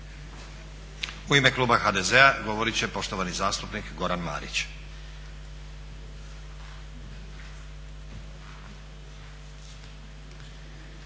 U ime kluba HDZ-a, govoriti će poštovani zastupnik Goran Marić.